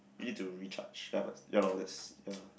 you need to recharge ya but ya lor that's ya